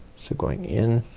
so going in,